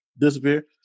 Disappear